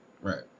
Right